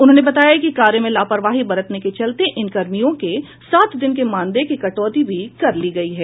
उन्होंने बताया कि कार्य में लापरवाही बरतने के चलते इन कर्मियों के सात दिन के मानदेय की कटौती भी कर ली गई है